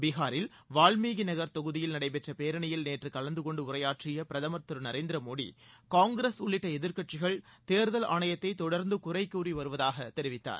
பீஹாரில் வால்மீகி நகர் தொகுதியில் நடைபெற்ற பேரணியில் நேற்று கலந்தகொன்டு உரையாற்றிய பிரதமர்திரு நரேந்திரமோடி காங்கிரஸ் உள்ளிட்ட எதிர்க்கட்சிகள் தேர்தல் ஆணையத்தை தொடர்ந்து குறைகூறி வருவதாக தெரிவித்தார்